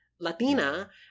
Latina